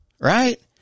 Right